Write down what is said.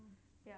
ya